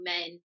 men